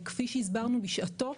כפי שהסברנו בשעתו,